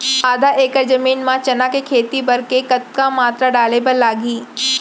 आधा एकड़ जमीन मा चना के खेती बर के कतका मात्रा डाले बर लागही?